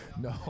No